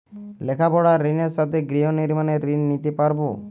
লেখাপড়ার ঋণের সাথে গৃহ নির্মাণের ঋণ নিতে পারব?